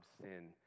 sin